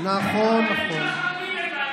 גם הילדים החרדים הם בעלי חיים.